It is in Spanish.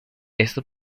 esto